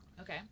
Okay